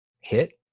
hit